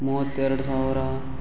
ಮೂವತ್ತೆರಡು ಸಾವಿರ